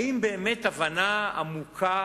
האם באמת הבנה עמוקה